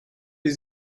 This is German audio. die